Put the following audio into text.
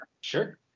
Sure